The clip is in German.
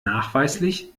nachweislich